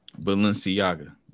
Balenciaga